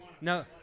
No